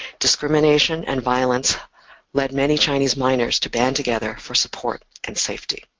discrimination and violence led many chinese miners to band together for support and safety.